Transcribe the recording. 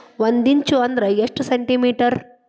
ಒಂದಿಂಚು ಅಂದ್ರ ಎಷ್ಟು ಸೆಂಟಿಮೇಟರ್?